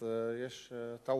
הגנה),